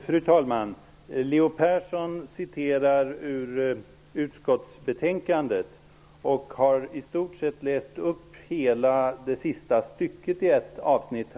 Fru talman! Leo Persson citerade ur utskottsbetänkandet, och han läste upp i stort sett hela det sista stycket i ett avsnitt.